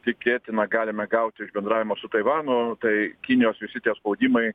tikėtina galime gauti iš bendravimo su taivanu tai kinijos visi tie spaudimai